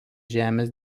žemės